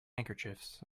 handkerchiefs